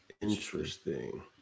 interesting